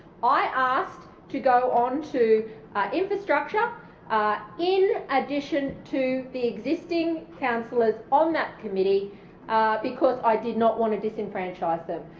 i asked to go on to infrastructure in addition to the existing councillors on that committee because i did not want to disenfranchise them.